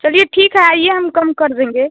चलिए ठीक है आइए हम कम कर देंगे